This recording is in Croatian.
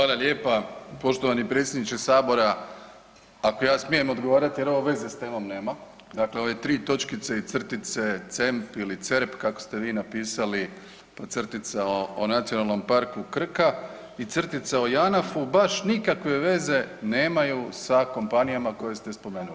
Hvala lijepa poštovani predsjedniče sabora, ako ja smijem odgovarati jer ovo veze s temom nema, dakle ove tri točkice i crtice, CEMP ili CERP kako ste vi napisali pa crtica o Nacionalnom parku Krka i crtica o JANAFU, baš nikakve veze nemaju sa kompanijama koje ste spomenuli.